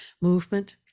movement